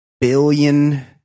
billion